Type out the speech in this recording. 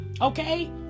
Okay